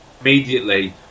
immediately